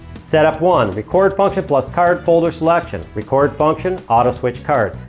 set up one. record function plus card folder selection. record function. auto switch card.